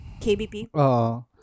KBP